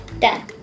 Done